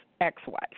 ex-wife